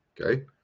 okay